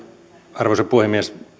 arvoisa puhemies